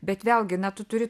bet vėlgi na tu turi